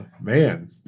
Man